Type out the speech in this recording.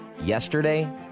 Yesterday